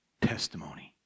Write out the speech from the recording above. testimony